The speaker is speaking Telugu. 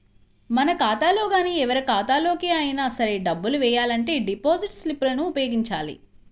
మన ఖాతాలో గానీ ఎవరి ఖాతాలోకి అయినా సరే డబ్బులు వెయ్యాలంటే డిపాజిట్ స్లిప్ లను ఉపయోగించాలి